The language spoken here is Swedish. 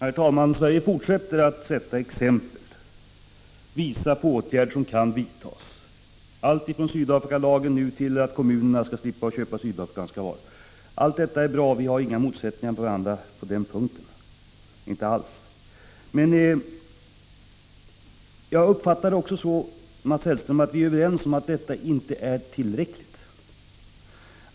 Prot. 1985 jordbruksvaror från Allt detta är bra. Det finns inga motsättningar mellan oss på den punkten, inte alls. Men jag uppfattar det också så, Mats Hellström, att vi är överens om att detta inte är tillräckligt.